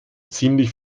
ziemlich